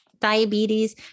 diabetes